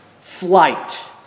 flight